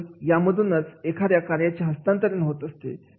आणि या मधूनच एखाद्या कार्याचे हस्तांतरण होत असते